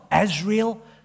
Israel